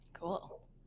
Cool